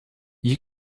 you